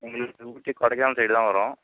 எங்களுக்கு ஊட்டி கொடைக்கானல் சைடு தான் வரும்